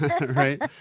right